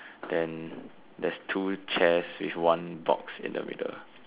then there's two chairs with one box in the middle